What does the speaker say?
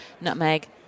nutmeg